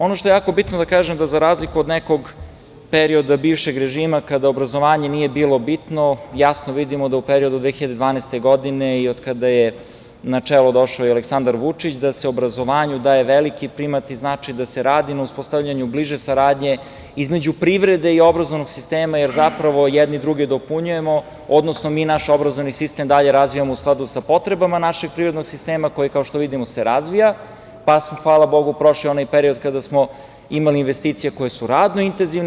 Ono što je jako bitno da kažem da za razliku od nekog perioda bivšeg režima, kada obrazovanje nije bilo bitno, jasno vidimo da u periodu od 2012. godine i od kada je na čelo došao i Aleksandar Vučić je da se obrazovanju daje veliki primat i značaj, da se radi na uspostavljanju bliže saradnje između privrede i obrazovnog sistema, jer zapravo jedni druge dopunjujemo, odnosno mi naš obrazovni sistem dalje razvijamo u skladu sa potrebama našeg privrednog sistema, koji jako što vidimo se razvija, pa smo hvala Bogu, prošli onaj period kada smo imali investicije koje su radno intenzivne.